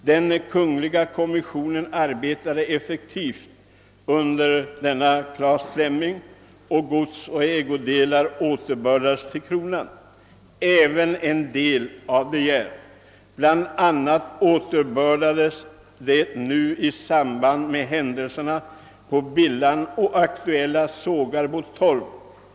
Den kungliga kommissionen arbetade effektivt under Claes Fleming och gods och ägodelar återbördades till kronan, även en del av De Geers egendomar. Bl. a. återbördades i samband med händelserna på Bilhamn det aktuella Sågarbo torp.